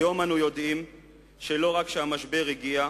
היום אנו יודעים לא רק שהמשבר הגיע,